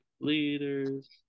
leaders